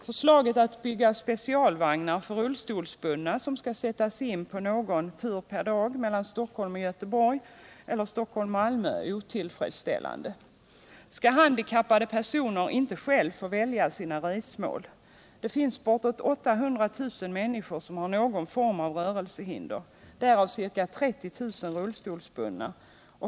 Förslaget att bygga specialvagnar för rullstolsbundna, som skall sättas in på någon tur per dag på sträckan Stockholm-Göteborg eller Stockholm-Malmö, är otillfredsställande. Skall handikappade personer inte själva få välja sina resmål? Det finns bortåt 800 000 människor med någon form av rörelsehinder, därav ca 30 000 rullstolsbundna.